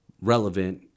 relevant